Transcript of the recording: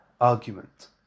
argument